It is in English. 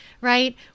right